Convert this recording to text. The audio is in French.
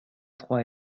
trois